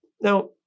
Now